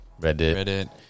Reddit